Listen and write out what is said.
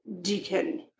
Deacon